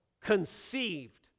conceived